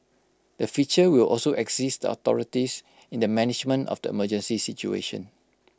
the feature will also access the authorities in the management of the emergency situation